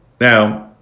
Now